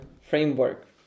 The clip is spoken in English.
framework